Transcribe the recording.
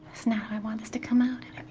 it's not how i want this to come out.